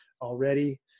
already